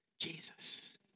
Jesus